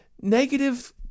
negative